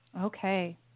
okay